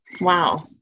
Wow